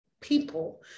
people